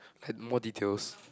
at more details